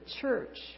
church